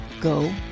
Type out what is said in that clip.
go